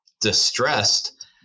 distressed